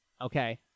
okay